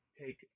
take